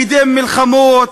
קידם מלחמות,